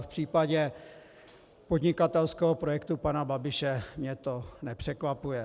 V případě podnikatelského projektu pana Babiše mě to nepřekvapuje.